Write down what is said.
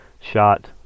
shot